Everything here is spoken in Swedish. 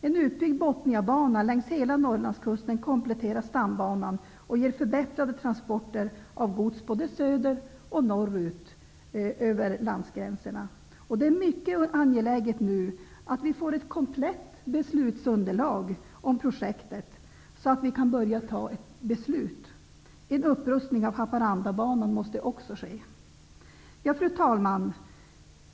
En utbyggd Bothniabana längs hela Norrlandskusten kompletterar stambanan och ger förbättrade transporter av gods både söderut och norrut över gränserna. Det är nu mycket angeläget att vi får ett komplett beslutsunderlag om projektet så att vi kan fatta beslut. En upprustning av Haparandabanan måste också ske. Fru talman!